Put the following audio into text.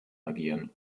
agieren